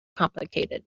complicated